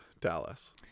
Dallas